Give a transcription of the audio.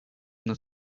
над